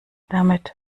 damit